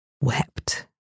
wept